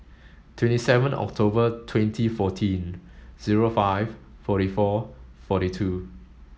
twenty seven October twenty fourteen zero five forty four forty two